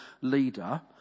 leader